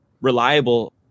reliable